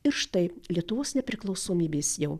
ir štai lietuvos nepriklausomybės jau